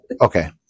okay